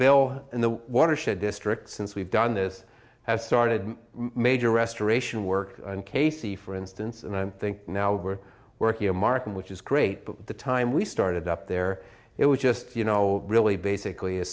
bill in the watershed district since we've done this have started major restoration work in k c for instance and i think now we're working a market which is great but at the time we started up there it was just you know really basically a